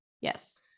Yes